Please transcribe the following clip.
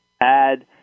add